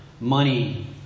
money